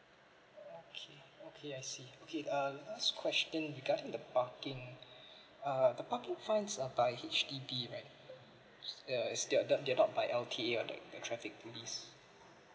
okay okay I see okay um last question regarding the parking uh the parking fines are by H_D_B right the is they're the they're not by L_T_A or like the traffic police